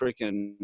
freaking